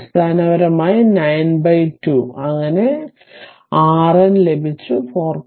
അടിസ്ഥാനപരമായി 9 ബൈ 2 അങ്ങനെ അതിനർത്ഥം RN ലഭിച്ചു 4